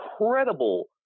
incredible